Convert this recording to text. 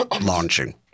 launching